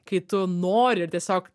kai tu nori ir tiesiog